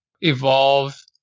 evolve